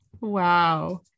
Wow